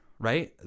right